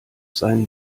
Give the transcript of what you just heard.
seinen